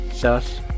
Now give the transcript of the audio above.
Thus